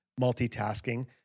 multitasking